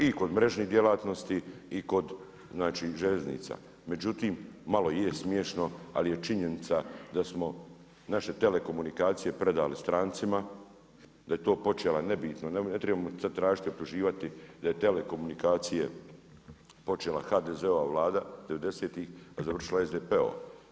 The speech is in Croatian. I kod mrežnih djelatnosti i kod željeznica, međutim malo je smiješno ali je činjenica da smo naše telekomunikacije prodali strancima da je to počela, nebitno, ne trebamo sa ad tražiti, optuživati da je telekomunikacije počela HDZ-ova Vlada devedesetih, a završila SDP-ova.